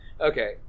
Okay